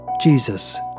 Jesus